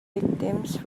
victims